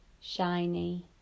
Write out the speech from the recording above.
shiny